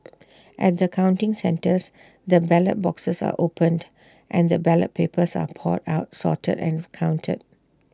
at the counting centres the ballot boxes are opened and the ballot papers are poured out sorted and counted